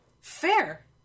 Fair